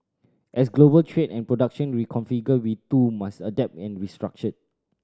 as global trade and production reconfigure we too must adapt and restructure